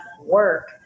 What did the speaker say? work